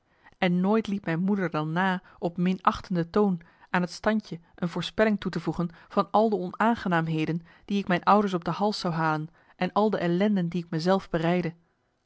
en nooit liet mijn moeder dan na op minachtende toon aan het standje een voorspelling toe te voegen van al de onaangenaamheden die ik mijn ouders op de hals zou halen en al de ellenden die ik me zelf bereidde